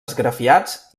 esgrafiats